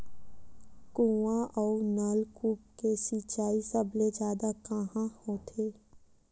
कुआं अउ नलकूप से सिंचाई सबले जादा कहां होथे?